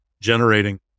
generating